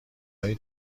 های